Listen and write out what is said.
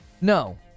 No